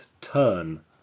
turn